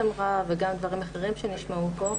וגם דברים אחרים שנאמרו פה,